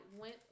went